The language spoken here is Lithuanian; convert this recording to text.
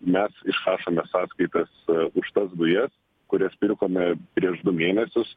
mes išrašome sąskaitas už tas dujas kurias pirkome prieš du mėnesius